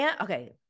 okay